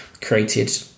created